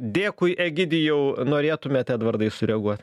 dėkui egidijau norėtumėt edvardai sureaguoti